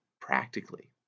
practically